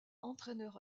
entraîneur